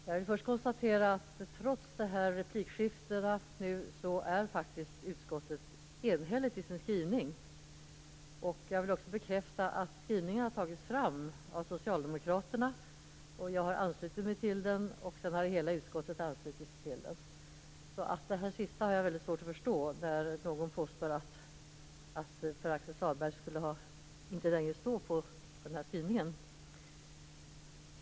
Fru talman! Jag vill först konstatera att utskottet, trots detta replikskifte, faktiskt är enhälligt i sin skrivning. Jag vill också bekräfta att skrivningen har tagits fram av Socialdemokraterna. Jag har anslutit mig till den. Sedan har hela utskottet anslutit sig till den. Jag har väldigt svårt att förstå hur någon kan påstå att Pär-Axel Sahlberg inte längre skulle stå för skrivningen.